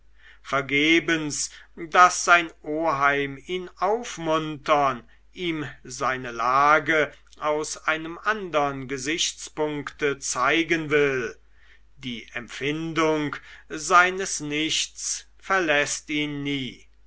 vergebens daß sein oheim ihn aufmuntern ihm seine lage aus einem andern gesichtspunkte zeigen will die empfindung seines nichts verläßt ihn nie